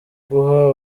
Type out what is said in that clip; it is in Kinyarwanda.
guha